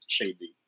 Shady